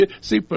See